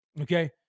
okay